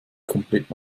komplett